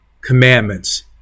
commandments